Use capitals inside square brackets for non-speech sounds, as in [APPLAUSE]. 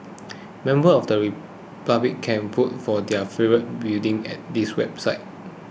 members of the [UNINTELLIGIBLE] public can vote for their favourite building at this website